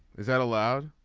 is that allowed.